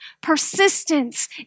persistence